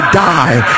die